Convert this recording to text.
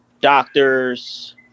doctors